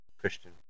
Christian